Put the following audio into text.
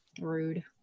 Rude